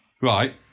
Right